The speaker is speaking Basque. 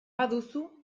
baduzu